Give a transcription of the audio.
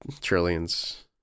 trillions